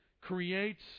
creates